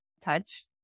touch